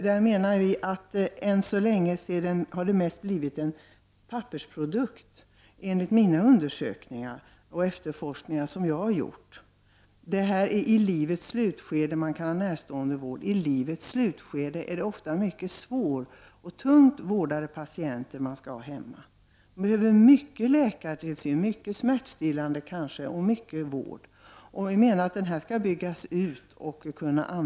Där menar vi att det ännu så länge enligt de undersökningar och efterforskningar som jag har gjort mest blivit en pappersprodukt. I livets slutskede är det ofta mycket svåra och tungvårdade patienter man skall ha hemma. De kräver mycket läkartillsyn, mycket smärtstillande medel och mycket vård. Denna vård skall byggas ut.